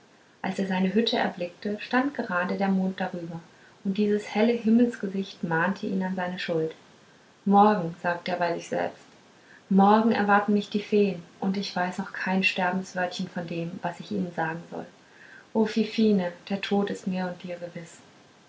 als er seine hütte erblickte stand gerade der mond darüber und dieses helle himmelsgesicht mahnte ihn an seine schuld morgen sagte er bei sich selbst morgen erwarten mich die feen und ich weiß noch kein sterbenswörtchen von dem was ich ihnen sagen soll o fifine der tod ist mir und dir gewiß